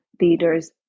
leaders